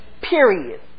period